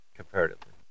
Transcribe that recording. comparatively